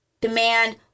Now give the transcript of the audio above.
demand